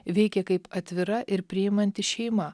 veikė kaip atvira ir priimanti šeima